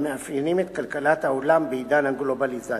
המאפיינים את כלכלת העולם בעידן הגלובליזציה.